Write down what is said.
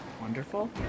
wonderful